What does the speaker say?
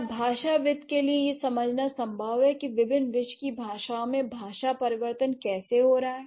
क्या भाषाविदों के लिए यह समझना संभव है कि विभिन्न विश्व की भाषाओं में भाषा परिवर्तन कैसे हो रहा है